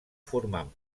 formant